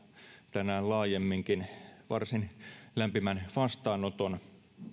tänään laajemminkin varsin lämpimän vastaanoton